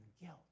guilt